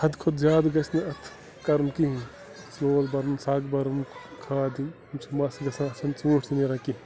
حدٕ کھۄتہٕ زیادٕ گژھِ نہٕ اَتھ کَرُن کِہیٖنۍ بیول بَرُن سَگ بَرُن کھاد یِم یِم چھِ مَس گژھان اَتھ چھِنہٕ ژوٗنٛٹھۍ تہِ نیران کیٚنٛہہ